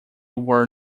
were